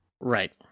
Right